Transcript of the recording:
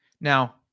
Now